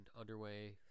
underway